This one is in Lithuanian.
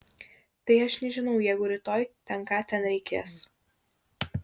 tai aš nežinau jeigu rytoj ten ką ten reikės